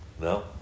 no